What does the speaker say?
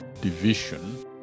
division